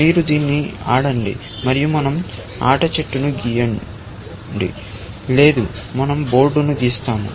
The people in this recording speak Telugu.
మీరు దీన్ని ఆడండి మరియు మనం ఆట ట్రీను గీయడం లేదు మనం బోర్డు ను గీస్తాము